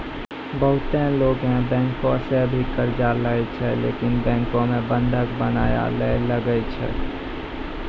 बहुते लोगै बैंको सं भी कर्जा लेय छै लेकिन बैंको मे बंधक बनया ले लागै छै